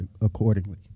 accordingly